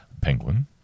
Penguin